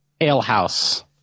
alehouse